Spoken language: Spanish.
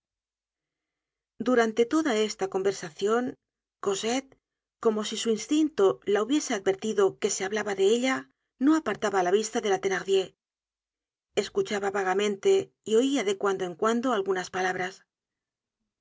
durante toda esta conversacion cosette como si su instinto la hubiese advertido que se hablaba de ella no apartaba la vista de la thenardier escuchaba vagamente y oia de cuando en cuando algunas palabras